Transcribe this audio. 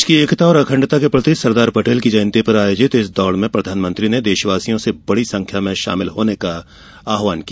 देश की एकता और अखण्डता के प्रति सरदार पटेल की जयंती पर आयोजित इस दौड़ में प्रधानमंत्री ने देशवासियों से बड़ी संख्या में शामिल होने का आहवान किया